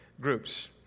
groups